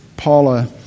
Paula